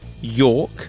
York